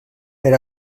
per